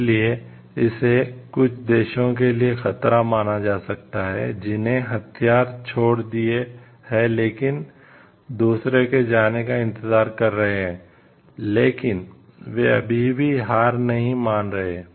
इसलिए इसे कुछ देशों के लिए खतरा माना जा सकता है जिन्होंने हथियार छोड़ दिए हैं लेकिन दूसरों के जाने का इंतजार कर रहे हैं लेकिन वे अभी भी हार नहीं मान रहे हैं